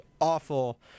awful